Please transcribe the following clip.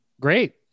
Great